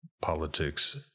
politics